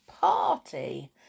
party